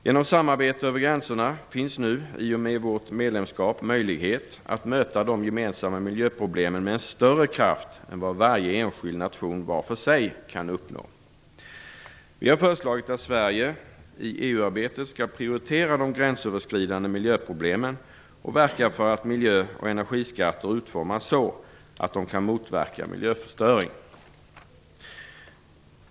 Genom samarbete över gränserna finns nu, i och med vårt medlemskap, möjlighet att möta de gemensamma miljöproblemen med en större kraft än vad varje enskild nation var för sig kan uppnå. Vi har föreslagit att Sverige i EU-arbetet skall prioritera de gränsöverskridande miljöproblemen och verka för att miljö och energiskatter utformas så att de kan motverka miljöförstöring.